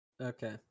Okay